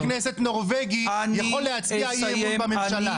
תגיד לי האם חבר כנסת נורבגי יכול להציע אי אמון בממשלה.